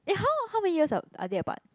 eh how how many years are are they apart